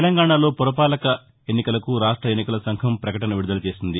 తెలంగాణలో పురపాలక ఎన్నికలకు రాష్ట ఎన్నికల సంఘం ప్రకటన విడుదల చేసింది